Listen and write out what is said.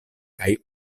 kaj